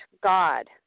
God